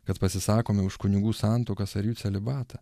kad pasisakome už kunigų santuokas ar jų celibatą